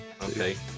Okay